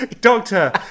Doctor